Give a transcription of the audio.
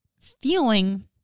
feeling